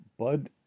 Bud